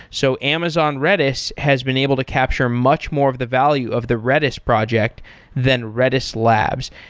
so amazon redis has been able to capture much more of the value of the redis project than redis labs.